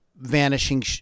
Vanishing